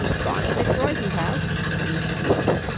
gone to detroit, he has, said mrs. meecher.